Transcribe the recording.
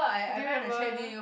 do you remember